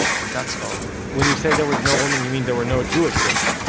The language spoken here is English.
and that's all when you say there was no women you mean there were no jewish women?